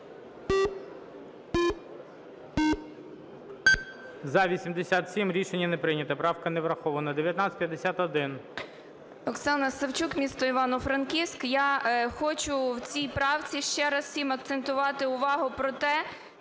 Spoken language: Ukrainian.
За-73 Рішення не прийнято, правка не врахована.